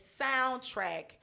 soundtrack